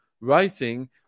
writing